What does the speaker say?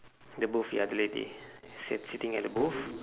the booth ya the lady sit~ sitting at the booth